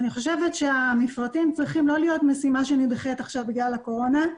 אני חושבת שהמפרטים צריכים לא להיות משימה שנדחית עכשיו בגלל הקורונה,